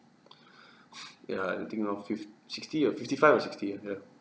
ya I think around fifth sixty or fifty-five or sixty ah ya